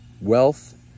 wealth